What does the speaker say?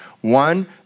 One